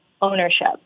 ownership